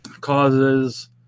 causes